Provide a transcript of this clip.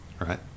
right